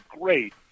great